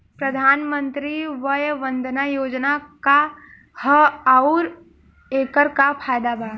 प्रधानमंत्री वय वन्दना योजना का ह आउर एकर का फायदा बा?